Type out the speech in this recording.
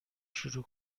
شروع